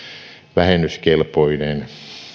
vähennyskelpoinen